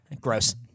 Gross